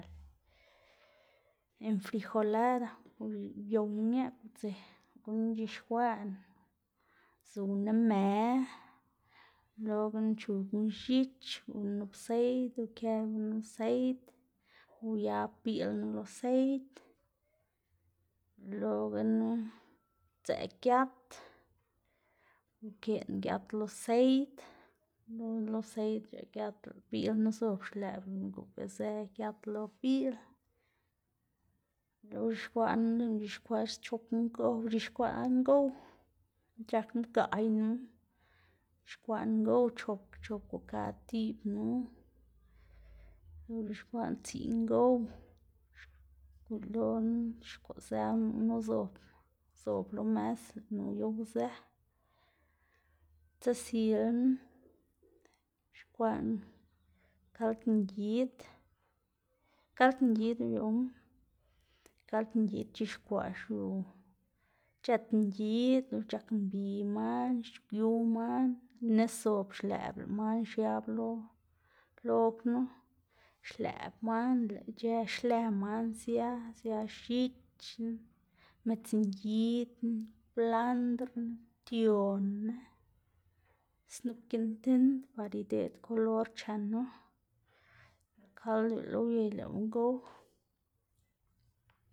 enfrijolada uy- uyowná ñaꞌg udze, guꞌn uc̲h̲ixkwaꞌná zuwná më uyelogana uchugná x̱ich uguná nup seid ukë gunu seid, uyab biꞌl knu lo seid uyelogana sdzëꞌ giat, ukeꞌná giat lo seid lo seid lëꞌ giat lëꞌ biꞌl knu zob xlëꞌb xgoꞌbezë giat lo biꞌl, uyelo ux̱ixkwaꞌná gunu lëꞌná ux̱ixkwaꞌ schop ngow uc̲h̲ixkwaꞌná ngow, c̲h̲aknu gaꞌynu ux̱ixkwaꞌná ngow chopga chopga ngow kad tiꞌbnu, uc̲h̲ixkwaꞌná tsiꞌ ngow yelo ux̱ixkwaꞌzë gunu lëꞌnu uzob zob lo mës, lëꞌnu uyowzë. Dzesilna ux̱ixkwaꞌná kald ngid, kald ngid uyowná, kald ngid c̲h̲ixkwaꞌ xiu c̲h̲ët ngid lox c̲h̲ak mbi man, xc̲h̲ugyuw man, lëꞌ nis zob xlëꞌb lëꞌ man xiab lo lo knu, xlëꞌb man lëꞌ ic̲h̲ë xlë man sia, sia x̱ichna, midzngidna, kwlandrna, ptionna, snup giꞌn tind par ideꞌd kolor chenu. Lëꞌ kald uyelo uyey lëꞌma gow.